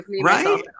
Right